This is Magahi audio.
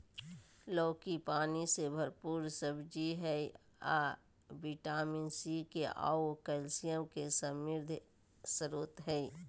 लौकी पानी से भरपूर सब्जी हइ अ विटामिन सी, के आऊ कैल्शियम के समृद्ध स्रोत हइ